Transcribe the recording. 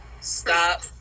stop